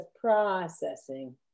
processing